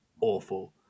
awful